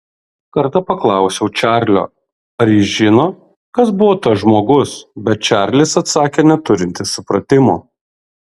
kartą paklausiau čarlio ar jis žino kas buvo tas žmogus bet čarlis atsakė neturintis supratimo